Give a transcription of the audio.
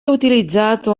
utilizzato